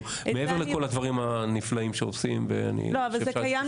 מעבר לכל הדברים הנפלאים שעושים --- זה קיים